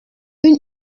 une